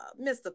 Mr